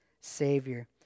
savior